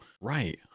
right